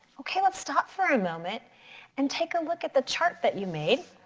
okay, let's stop for a moment and take a look at the chart that you made.